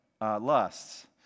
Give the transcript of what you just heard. lusts